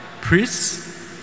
priests